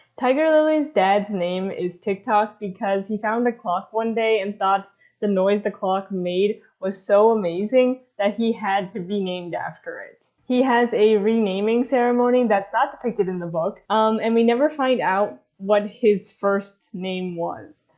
tiger lily's dad's name is tick tock because he found the clock one day and thought the noise the clock made was so amazing that he had to be named after it. he has a renaming ceremony that's not depicted in the book, um and we never find out what his first name was.